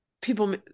people